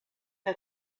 der